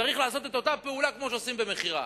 צריך לעשות את אותה פעולה כמו שעושים במכירה,